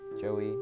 Joey